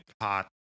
Hot